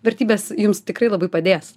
vertybės jums tikrai labai padės